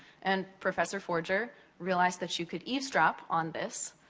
and professor forger realized that you could eavesdrop on this,